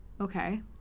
okay